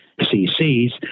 cc's